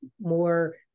more